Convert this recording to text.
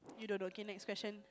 you don't know okay next question